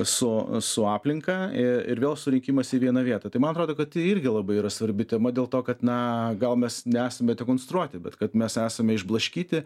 su su aplinka ir vėl surinkimas į vieną vietą tai man atrodo kad tai irgi labai yra svarbi tema dėl to kad na gal mes nesame dekonstruoti bet kad mes esame išblaškyti